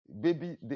baby